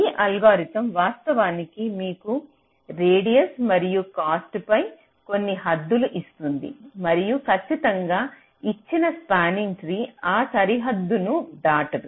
ఈ అల్గోరిథం వాస్తవానికి మీకు రేడియస్ మరియు కాస్ట్ పై కొన్ని హద్దులు ఇస్తుంది మరియు కచ్చితంగా ఇచ్చిన స్పానింగ్ ట్రీ ఆ సరిహద్దును దాటదు